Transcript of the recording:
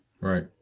Right